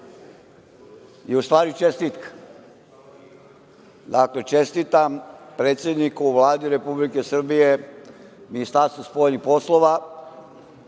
je u stvari čestitka. Dakle, čestitam predsedniku Vlade Republike Srbije, Ministarstvu spoljnih poslova,